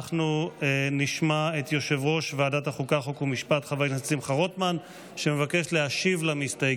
חוק יוצא דופן למשך